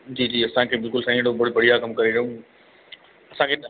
जी जी असांखे बिल्कुलु साईं एड़ो बढ़िया कम करे ॾियो असांखे न